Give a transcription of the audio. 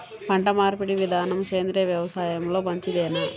పంటమార్పిడి విధానము సేంద్రియ వ్యవసాయంలో మంచిదేనా?